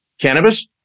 cannabis